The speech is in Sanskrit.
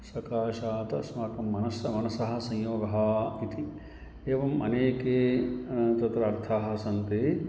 सकाशात् अस्माकं मनः मनसः संयोगः इति एवम् अनेके तत्र अर्थाः सन्ति